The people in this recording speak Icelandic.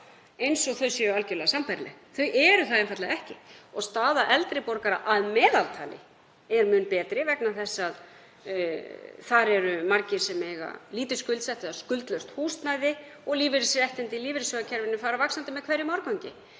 eins og þau séu algjörlega sambærileg. Þau eru það einfaldlega ekki. Staða eldri borgara er að meðaltali mun betri vegna þess að þar eru margir sem eiga lítið skuldsett eða skuldlaust húsnæði og lífeyrisréttindi í lífeyrissjóðakerfinu fara vaxandi með hverjum árgangi.